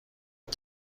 این